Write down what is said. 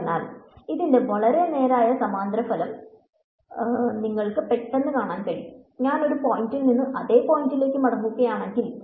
അതിനാൽ ഇതിന്റെ വളരെ നേരായ സമാന്തരഫലം നിങ്ങൾക്ക് പെട്ടെന്ന് കാണാൻ കഴിയും ഞാൻ ഒരു പോയിന്റിൽ നിന്ന് അതേ പോയിന്റിലേക്ക് മടങ്ങുകയാണെങ്കിൽ